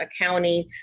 accounting